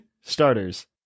starters